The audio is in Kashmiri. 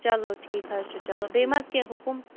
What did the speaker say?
چلو ٹھیٖک حظ چھُ چلو بیٚیہِ ما حظ کیٚنٛہہ حُکُم